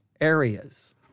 areas